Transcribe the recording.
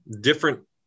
different